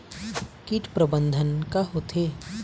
कीट प्रबंधन का होथे?